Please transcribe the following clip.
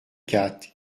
quatre